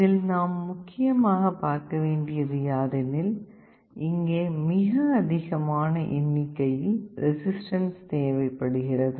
இதில் நாம் முக்கியமாக பார்க்க வேண்டியது யாதெனில் இங்கே மிக அதிகமான எண்ணிக்கையில் ரெசிஸ்டன்ஸ் தேவைப்படுகிறது